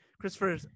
Christopher